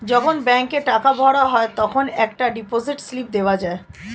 যখন ব্যাংকে টাকা ভরা হয় তখন একটা ডিপোজিট স্লিপ দেওয়া যায়